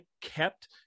kept